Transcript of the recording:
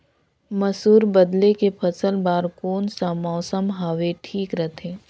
मसुर बदले के फसल बार कोन सा मौसम हवे ठीक रथे?